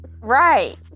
Right